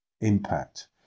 impact